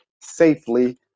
safely